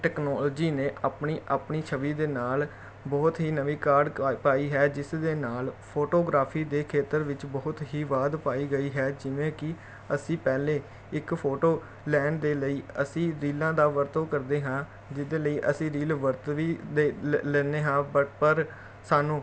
technology ਨੇ ਆਪਣੀ ਆਪਣੀ ਛਵੀ ਦੇ ਨਾਲ ਬਹੁਤ ਹੀ ਨਵੀਂ ਕਾਢ ਕਾ ਪਾਈ ਹੈ ਜਿਸ ਦੇ ਨਾਲ ਫੋਟੋਗ੍ਰਾਫੀ ਦੇ ਖੇਤਰ ਵਿੱਚ ਬਹੁਤ ਹੀ ਵਾਧ ਪਾਈ ਗਈ ਹੈ ਜਿਵੇਂ ਕਿ ਅਸੀਂ ਪਹਿਲੇ ਇੱਕ ਫੋਟੋ ਲੈਣ ਦੇ ਲਈ ਅਸੀਂ ਰੀਲਾਂ ਦਾ ਵਰਤੋਂ ਕਰਦੇ ਹਾਂ ਜਿਹਦੇ ਲਈ ਅਸੀਂ ਰੀਲ ਵਰਤ ਵੀ ਦੇ ਲੈ ਲੈਂਦੇ ਹਾਂ ਪਟ ਪਰ ਸਾਨੂੰ